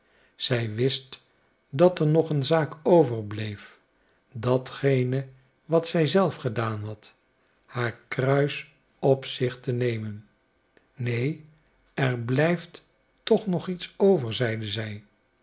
zij wist dat er nog een zaak overbleef datgene wat zij zelf gedaan had haar kruis op zich te nemen neen er blijft toch nog iets over zeide zij